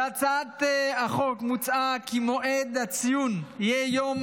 בהצעת החוק מוצע כי מועד הציון יהיה יום